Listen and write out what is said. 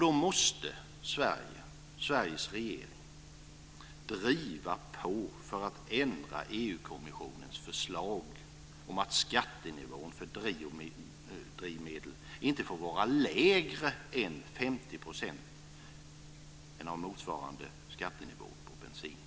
Då måste Sveriges regeringen driva på för att ändra EU kommissionens förslag om att skattenivån för biodrivmedel inte får vara lägre än 50 % av motsvarande skattenivå på bensin och diesel.